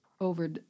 over